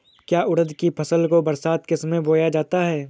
क्या उड़द की फसल को बरसात के समय बोया जाता है?